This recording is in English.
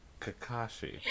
Kakashi